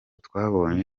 twabonye